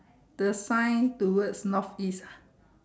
the sign towards north east ah